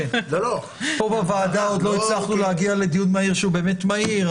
פה בוועדה עוד לא הצלחנו להגיע לדיון מהיר שהוא באמת מהיר,